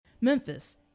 Memphis